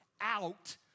out